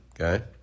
okay